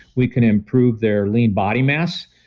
we can improve their lean body mass.